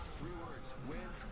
works with